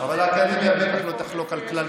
אבל האקדמיה בטח לא תחלוק על כלל,